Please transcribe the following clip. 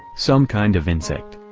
some kind of insect.